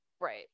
right